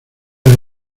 era